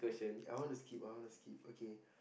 ya I wanna skip I wanna skip okay